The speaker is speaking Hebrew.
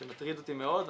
נושא שמטריד אותי מאוד,